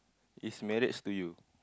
is marriage to you